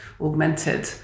augmented